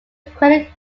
credit